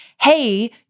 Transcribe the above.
hey